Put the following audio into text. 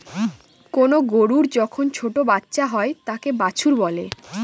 কোনো গরুর যখন ছোটো বাচ্চা হয় তাকে বাছুর বলে